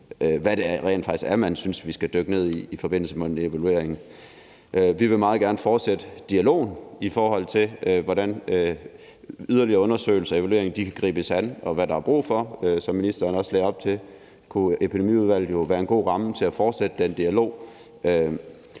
hvad man rent faktisk synes det er, vi skal dykke ned i forbindelse med en evaluering. Vi vil meget gerne fortsætte dialogen, i forhold til hvordan yderligere undersøgelser og evalueringer kan gribes an, og hvad der er brug for. Som ministeren også lagde op til, kunne Epidemiudvalget jo være en god ramme for at fortsætte den dialog.